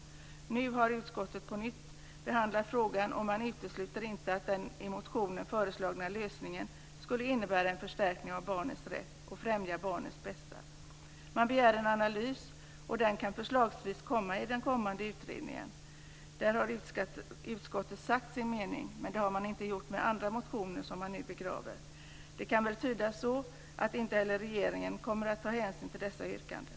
Nu har utskottet på nytt behandlat frågan, och man utesluter inte att den i motionen föreslagna lösningen skulle innebära en förstärkning av barnets rätt och främja barnets bästa. Man begär en analys, och den kan förslagsvis komma i den kommande utredningen. Där har utskottet sagt sin mening. Det har man dock inte gjort i fråga om andra motioner, som man nu begraver. Det kan väl tydas så att inte heller regeringen kommer att ta hänsyn till dessa yrkanden.